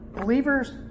Believers